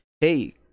hey